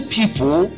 people